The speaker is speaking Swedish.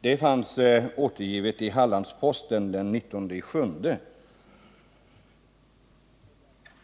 Det uttalandet finns återgivet i Hallandsposten den 19 juli.